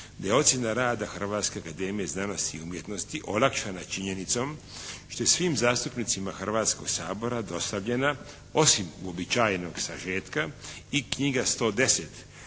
je ocjena rada Hrvatske akademije znanosti i umjetnosti olakšana činjenicom što je svim zastupnicima Hrvatskoga sabora dostavljena osim uobičajenog sažetka i knjiga "110